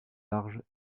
larges